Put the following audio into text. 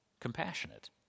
compassionate